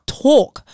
talk